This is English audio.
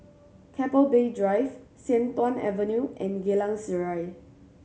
Keppel Bay Drive Sian Tuan Avenue and Geylang Serai